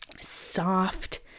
soft